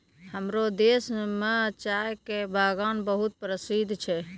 हमरो देश मॅ चाय के बागान बहुत प्रसिद्ध छै